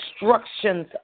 instructions